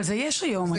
אבל זה יש היום.